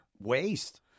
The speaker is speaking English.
waste